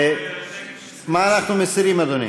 מה אנחנו מסירים, אדוני?